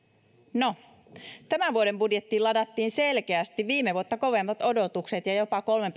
no tämän vuoden budjettiin ladattiin selkeästi viime vuotta kovemmat odotukset ja jopa kolmen